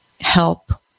help